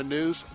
News